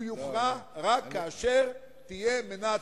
הוא יוכרע רק כאשר תהיה מנת,